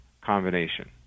combination